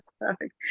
Perfect